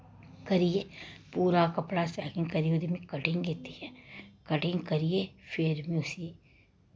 करियै पूरा कपड़ा सैटिंग करी कुरी में कटिंग कीती कटिंग करिये फिर में उस्सी